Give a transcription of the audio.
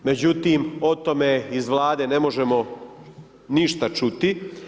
Međutim, o tome iz Vlade ne možemo ništa čuti.